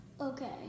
Okay